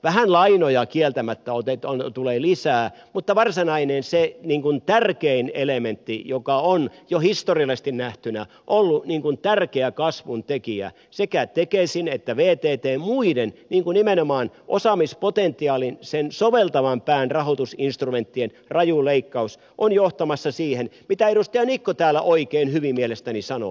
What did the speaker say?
vähän lainoja kieltämättä tulee lisää mutta sen varsinaisesti tärkeimmän elementin joka on jo historiallisesti nähtynä ollut tärkeä kasvun tekijä sekä tekesin että vttn muiden nimenomaan osaamispotentiaalin sen soveltavan pään rahoitusinstrumenttien raju leikkaus on johtamassa siihen mitä edustaja niikko täällä oikein hyvin mielestäni sanoi